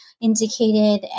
indicated